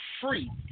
free